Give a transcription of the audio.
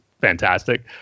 fantastic